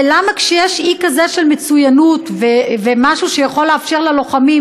ולמה כשיש אי כזה של מצוינות ומשהו שיכול לאפשר ללוחמים,